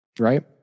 right